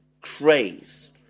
craze